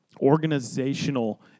organizational